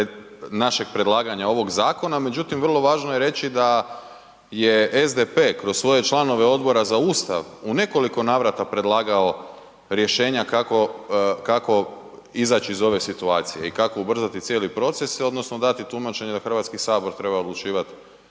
našeg predlaganja ovog zakona, međutim vrlo važno je reći da je SDP kroz svoje članove Odbora za Ustav u nekoliko navrata predlagao rješenja kako izaći iz ove situacije i kako ubrzati cijeli proces odnosno dati tumačenje da Hrvatski sabor treba odlučivati